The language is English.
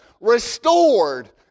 restored